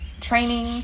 training